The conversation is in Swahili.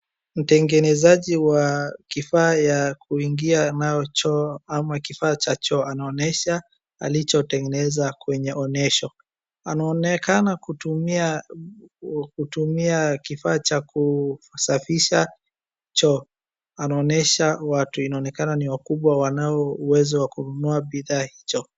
Mtengenezaji wa kifaa ya kuingia naYo choo ama kifaa cha choo anaonyesha alichotengeneza kwenye onyesho. Anaonekana kutumia -- kutumia kifaa cha kusafisha choo. Anaonesha watu wanaonekana ni wakubwa wanao uwezo wa kununua bidhaa hicho.